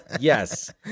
yes